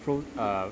fro~ uh